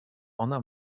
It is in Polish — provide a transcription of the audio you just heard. ona